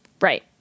Right